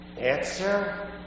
Answer